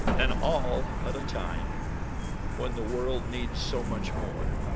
and all at a time when the world needs so much more,